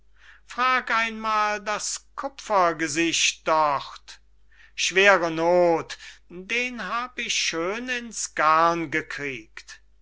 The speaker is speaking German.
frag einmal das kupfergesicht dort schwere noth den hab ich schön in's garn gekriegt